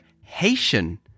Haitian